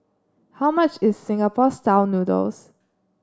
how much is Singapore style noodles